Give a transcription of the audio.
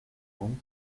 won’t